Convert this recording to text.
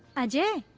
ajay,